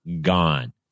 gone